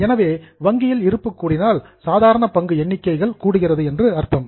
எனவே வங்கியில் இருப்பு கூடினால் சாதாரண பங்கு எண்ணிக்கைகள் கூடுகிறது என்று அர்த்தம்